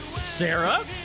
Sarah